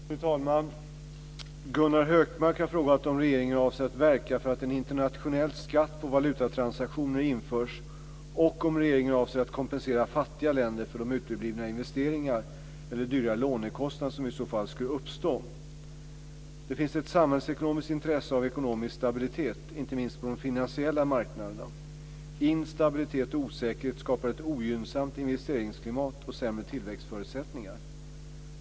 Fru talman! Gunnar Hökmark har frågat om regeringen avser att verka för att en internationell skatt på valutatransaktioner införs och om regeringen avser att kompensera fattiga länder för de uteblivna investeringar eller dyrare lånekostnader som i så fall skulle uppstå. Det finns ett samhällsekonomiskt intresse av ekonomisk stabilitet, inte minst på de finansiella marknaderna. Instabilitet och osäkerhet skapar ett ogynnsamt investeringsklimat och sämre tillväxtförutsättningar.